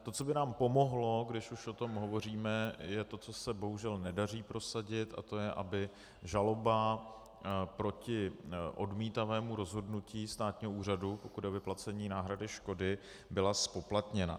To, co by nám pomohlo, když už o tom hovoříme, je to, co se bohužel nedaří prosadit, a to je, aby žaloba proti odmítavému rozhodnutí státního úřadu, pokud jde o vyplacení náhrady škody, byla zpoplatněna.